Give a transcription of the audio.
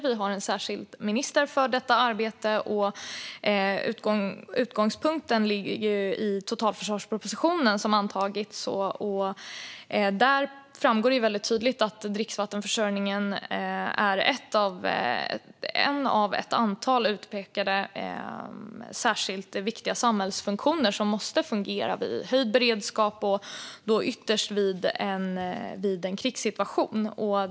Vi har en särskild minister för detta arbete, och utgångspunkten ligger i totalförsvarspropositionen som har antagits. Där framgår det väldigt tydligt att dricksvattenförsörjningen är en av ett antal utpekade särskilt viktiga samhällsfunktioner som måste fungera vid höjd beredskap och ytterst vid en krigssituation.